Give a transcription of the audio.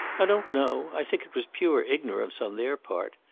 i don't know. i think it was pure ignorance on their part.